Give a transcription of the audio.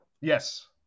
yes